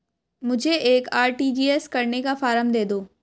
मुझे एक आर.टी.जी.एस करने का फारम दे दो?